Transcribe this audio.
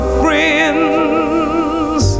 friends